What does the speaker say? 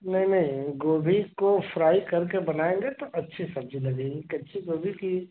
नहीं नहीं गोभी को फ्राई करके बनाएँगे तो अच्छी सब्ज़ी लगेगी कच्ची गोभी की